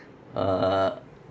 uh